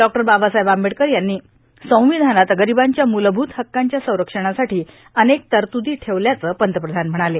डॉ बाबासाहेब आंबेडकर यांनी संविधानात र्गारबांच्या मुलभूत हक्कांच्या संरक्षणासाठी अनेक तरतुदी ठेवल्याचे पंतप्रधान म्हणाले